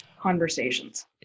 conversations